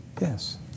yes